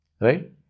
Right